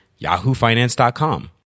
yahoofinance.com